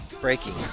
Breaking